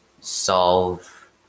solve